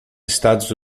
estados